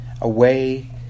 away